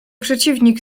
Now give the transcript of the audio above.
przeciwnik